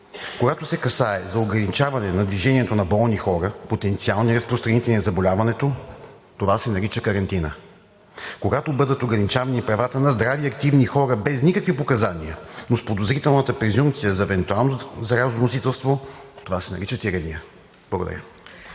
„Когато се касае за ограничаване на движението на болни хора, потенциални разпространители на заболяването, това се нарича карантина. Когато бъдат ограничавани правата на здрави и активни хора, без никакви показания, но с подозрителната презумпция за евентуално заразоносителство, това се нарича тирания.“ Благодаря.